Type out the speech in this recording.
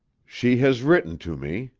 she has written to me,